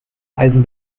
eisen